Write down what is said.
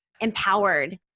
empowered